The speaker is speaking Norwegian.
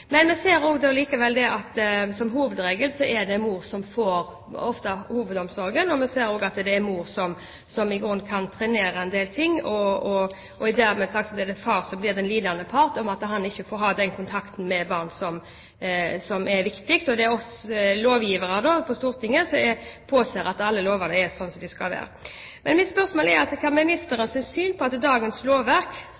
Men vi ser allikevel at som hovedregel er det ofte mor som får hovedomsorgen, og vi ser også at det er mor som i grunnen kan trenere en del ting. Dermed er det far som blir den lidende part, og som ikke får den kontakten med barnet som er viktig. Det er vi lovgivere på Stortinget som skal påse at alle lover er slik de skal være. Mitt spørsmål er: Hva er ministerens syn på at dagens lovverk gir Nav, som forvaltende organ, og barnets mor alene mulighet til